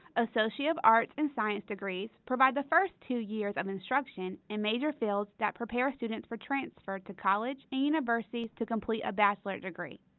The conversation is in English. associate of arts and science degrees provide the first two years of instruction in major fields that prepare students for transfer to college and universities to complete a baccalaureate degree.